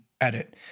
edit